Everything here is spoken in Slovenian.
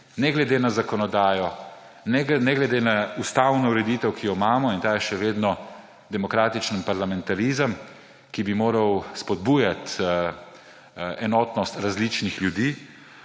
ne glede na zakonodajo, ne glede na ustavno ureditev, ki jo imamo, in ta je še vedno demokratičen parlamentarizem, ki bi moral spodbujati enotnost različnih ljudi,